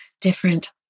different